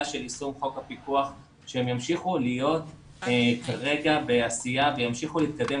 של יישום חוק הפיקוח ושהם ימשיכו להיות בעשייה וימשיכו להתקדם